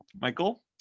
Michael